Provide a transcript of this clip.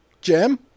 Jim